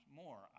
more